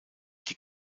die